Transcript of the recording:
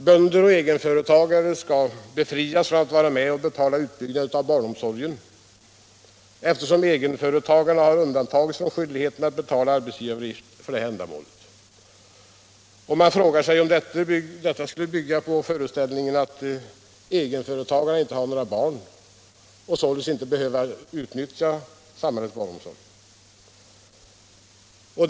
Bönder och egenföretagare skall befrias från att vara med att betala utbyggnaden av barnomsorgen, eftersom egenföretagare har undantagits från skyldigheten att betala arbetsgivaravgift för ändamålet. Man frågar sig om detta skulle bygga på föreställningen att egenföretagarna inte har några barn och således inte behöver utnyttja samhällets barnomsorg.